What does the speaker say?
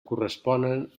corresponen